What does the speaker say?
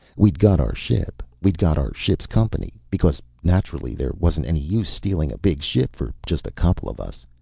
we'd got our ship we'd got our ship's company because, naturally, there wasn't any use stealing a big ship for just a couple of us.